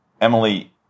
Emily